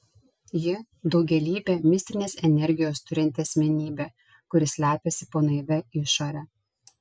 ji daugialypė mistinės energijos turinti asmenybė kuri slepiasi po naivia išore